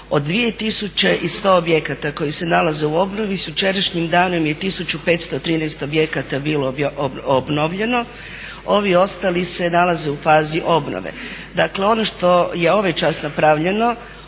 Od 2100 objekata koji se nalaze u obnovi sa jučerašnjim danom je 1513 objekata bilo obnovljeno, ovi ostali se nalaze u fazi obnove. Dakle ono što je ovaj čas napravljeno